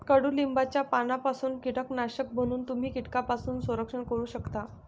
कडुलिंबाच्या पानांपासून कीटकनाशक बनवून तुम्ही कीटकांपासून संरक्षण करू शकता